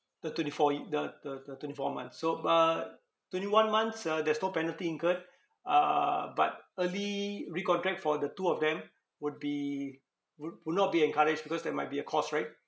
the twenty four ye~ the the the twenty four months so bu~ twenty one month uh there's no penalty incurred uh but early recontract for the two of them would be would would not be encouraged because there might be a cost right